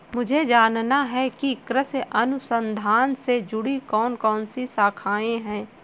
मुझे जानना है कि कृषि अनुसंधान से जुड़ी कौन कौन सी शाखाएं हैं?